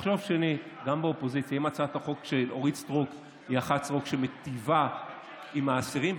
לחשוב שנית אם הצעת החוק שאורית סטרוק היא אחת שמיטיבה עם האסירים,